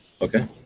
Okay